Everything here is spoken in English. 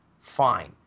Fine